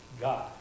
God